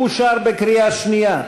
אושר בקריאה שנייה.